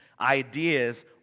ideas